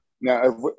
Now